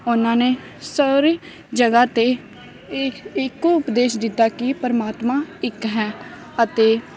ਉਨ੍ਹਾਂ ਨੇ ਸਾਰੀ ਜਗ੍ਹਾ 'ਤੇ ਇਹ ਇੱਕ ਉਪਦੇਸ਼ ਦਿੱਤਾ ਕਿ ਪਰਮਾਤਮਾ ਇੱਕ ਹੈ ਅਤੇ